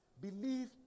believe